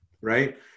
right